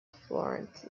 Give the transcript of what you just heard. florence